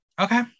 Okay